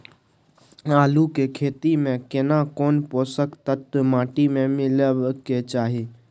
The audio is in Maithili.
आलू के खेती में केना कोन पोषक तत्व माटी में मिलब के चाही?